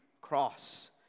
cross